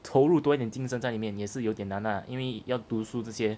投入多一点精神在里面也是有点难啊因为要读书这些